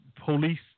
police